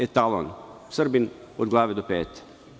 Etalon, Srbin od glave do pete.